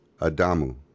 Adamu